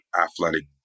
athletic